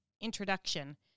introduction